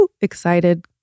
excited